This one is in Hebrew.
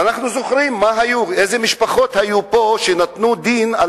ואנחנו זוכרים איזה משפחות היו פה שנתנו דין על